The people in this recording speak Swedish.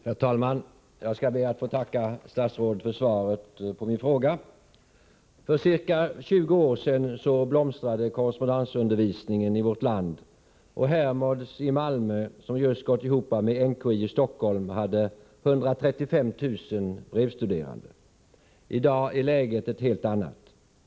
Herr talman! Jag skall be att få tacka statsrådet för svaret på min fråga. För ca 20 år sedan blomstrade korrespondensundervisningen i vårt land, och Hermods i Malmö, som just gått ihop med NKI i Stockholm, hade 135 000 brevstuderande. I dag är läget ett helt annat.